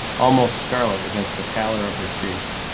almost scarlet against the pallor of her cheeks,